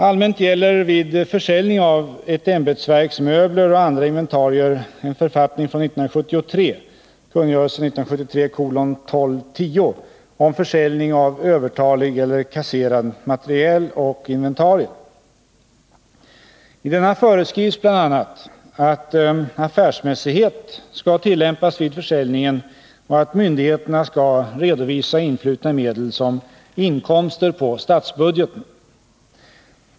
Allmänt gäller vid försäljning av ett ämbetsverks möbler och andra inventarier en författning från 1973 . I denna föreskrivs bl.a. att affärsmässighet skall tillämpas vid försäljningen och att myndigheterna skall redovisa influtna medel som inkomster på statsbudgeten.